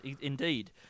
indeed